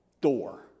door